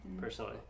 personally